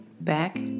Back